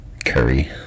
curry